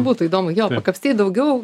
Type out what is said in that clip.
būtų įdomu jo kapstyti daugiau